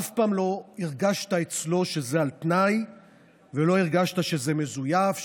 אף פעם לא הרגשת אצלו שזה על תנאי ולא הרגשת שזה מזויף,